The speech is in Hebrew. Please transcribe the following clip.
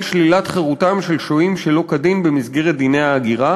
שלילת חירותם של שוהים שלא כדין במסגרת דיני ההגירה,